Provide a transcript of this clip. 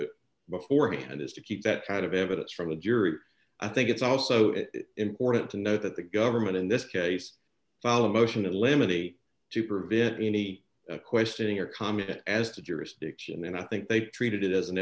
it beforehand is to keep that kind of evidence from a jury i think it's also important to note that the government in this case file a motion to limit eight to prevent any questioning or comment as to jurisdiction and i think they treated it as an